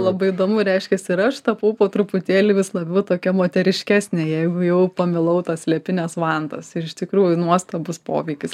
labai įdomu reiškiasi ir aš tapau po truputėlį vis labiau tokia moteriškesnė jeigu jau pamilau tas liepines vantas ir iš tikrųjų nuostabus poveikis